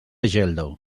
geldo